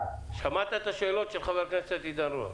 שמעת את השאלות של חבר הכנסת עידן רול.